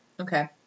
Okay